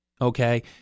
okay